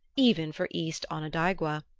even for east onondaigua.